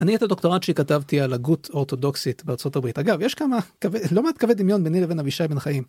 אני את הדוקטורט שכתבתי על הגות אורתודוקסית בארה״ב, אגב, יש כמה, לא מעט קווה דמיון ביני לבין אבישי בן חיים.